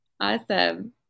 Awesome